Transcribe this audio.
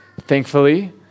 Thankfully